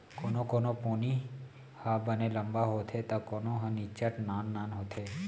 कोनो कोनो पोनी ह बने लंबा होथे त कोनो ह निच्चट नान नान होथे